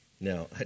Now